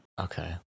Okay